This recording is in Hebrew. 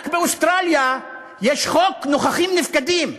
רק באוסטרליה יש חוק נוכחים-נפקדים: